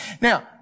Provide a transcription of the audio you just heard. Now